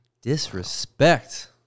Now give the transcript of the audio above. Disrespect